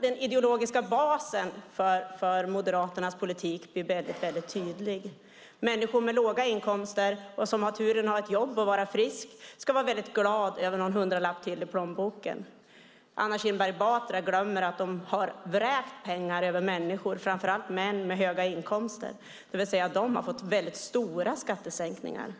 Den ideologiska basen för Moderaternas politik är tydlig. Människor med låga inkomster som har turen att ha ett jobb och vara friska ska vara glada över en hundralapp till i plånboken. Anna Kinberg Batra glömmer att de har vräkt pengar över framför allt män med höga inkomster. De har fått stora skattesänkningar.